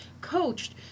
coached